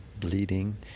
bleeding